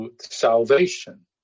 salvation